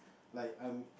like I'm